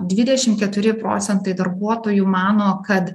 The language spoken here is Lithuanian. dvidešim keturi procentai darbuotojų mano kad